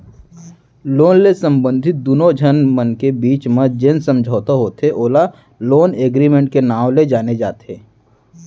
loan ले संबंधित दुनो झन मन के बीच म जेन समझौता होथे ओला लोन एगरिमेंट के नांव ले जाने जाथे